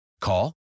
Call